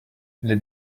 les